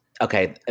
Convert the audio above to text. Okay